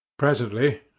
presently